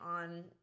on